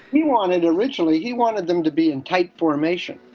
he wanted originally. he wanted them to be in tight formation